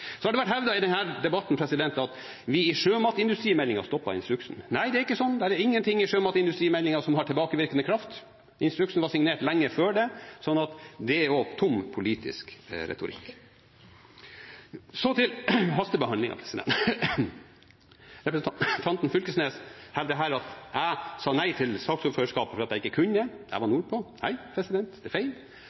har vært hevdet i denne debatten at vi i sjømatindustrimeldingen stoppet instruksen. Nei, det er ikke sånn. Ingenting i sjømatindustrimeldingen har tilbakevirkende kraft. Instruksen var signert lenge før det, så det er også tom politisk retorikk. Så til hastebehandlingen. Representanten Knag Fylkesnes hevder her at jeg sa nei til saksordførerskapet fordi jeg ikke kunne, jeg var nordpå. Nei, det er feil.